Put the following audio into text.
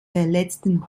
verletzten